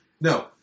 No